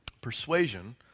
Persuasion